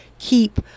keep